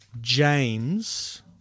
James